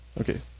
okay